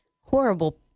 horrible